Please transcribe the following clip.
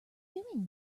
doing